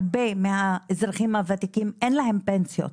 הרבה מהאזרחים הוותיקים אין להם פנסיות,